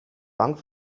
bank